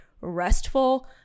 restful